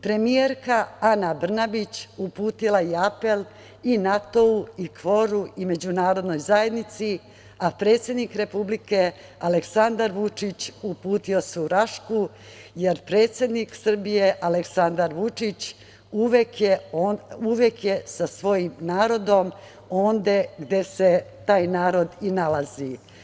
Premijerka Ana Brnabić uputila je apel i NATO i KFOR i Međunarodnoj zajednici, a predsednik Republike Aleksandar Vučić uputio se u Rašku, jer predsednik Srbije Aleksandar Vučić uvek je sa svojim narodom onde gde se taj narod i nalazi.